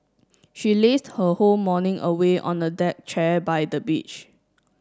she lazed her whole morning away on a deck chair by the beach